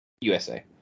USA